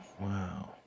wow